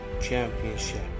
Championship